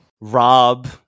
Rob